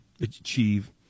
achieve